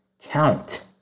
count